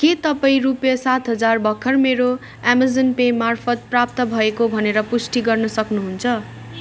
के तपाईँ रुपियाँ सात हजार भर्खर मेरो अमाजन पे मार्फत् प्राप्त भएको भनेर पुष्टि गर्न सक्नुहुन्छ